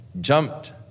jumped